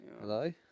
Hello